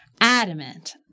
adamant